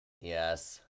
Yes